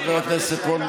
חבר הכנסת רול,